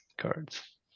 cards